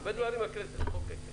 הרבה דברים הכנסת מחוקקת.